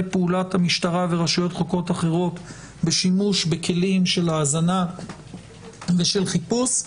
פעולת המשטרה ורשויות חוק אחרות בשימוש בכלים של האזנה ושל חיפוש,